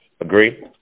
Agree